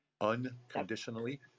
unconditionally